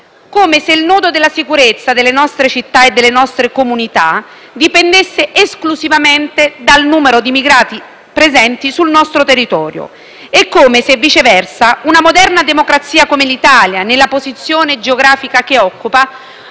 come se il nodo della sicurezza delle nostre città e delle nostre comunità dipendesse esclusivamente dal numero di immigrati presenti sul nostro territorio e come se, viceversa, una moderna democrazia come l'Italia, nella posizione geografica che occupa,